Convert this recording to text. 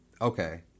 okay